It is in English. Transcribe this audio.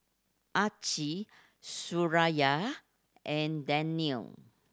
Aqil Suraya and Daniel